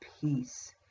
peace